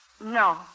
No